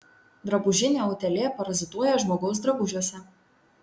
drabužinė utėlė parazituoja žmogaus drabužiuose